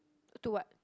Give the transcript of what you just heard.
to what